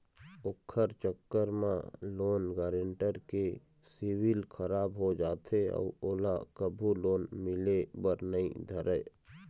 ओखर चक्कर म लोन गारेंटर के सिविल खराब हो जाथे अउ ओला कभू लोन मिले बर नइ धरय